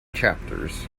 chapters